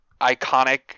iconic